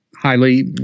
highly